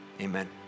amen